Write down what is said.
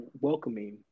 welcoming